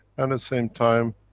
and, at same time,